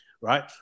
right